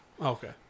okay